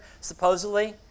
supposedly